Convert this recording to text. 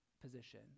position